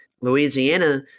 Louisiana –